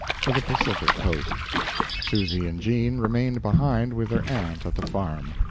for the pacific coast susy and jean remained behind with their aunt at the farm.